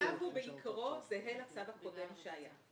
הצו הוא בעיקרו זהה לצו הקודם שהיה.